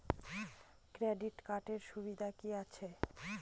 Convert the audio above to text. Credit কার্ডের সুবিধা কি আছে?